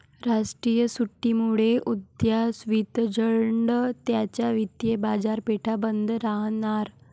राष्ट्रीय सुट्टीमुळे उद्या स्वित्झर्लंड च्या वित्तीय बाजारपेठा बंद राहणार